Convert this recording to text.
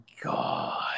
God